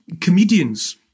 comedians